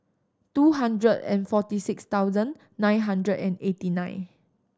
two hundred and forty six thousand nine hundred and eighty nine